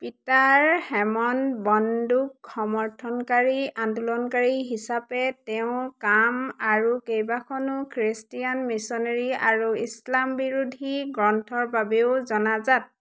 Peter Hammond বন্দুক সমৰ্থনকাৰী আন্দোলনকাৰী হিচাপে তেওঁৰ কাম আৰু কেইবাখনো খ্ৰীষ্টিয়ান মিশ্যনেৰী আৰু ইছলাম বিৰোধী গ্ৰন্থৰ বাবেও জনাজাত